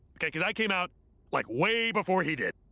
okay, cause i came out like way before he did.